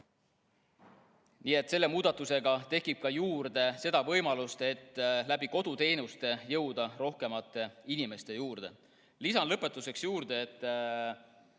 Nii et selle muudatusega tekib juurde seda võimalust, et koduteenustega jõuda rohkemate inimeste juurde. Lisan lõpetuseks, et